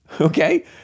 okay